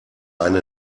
eine